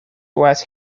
was